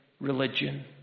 religion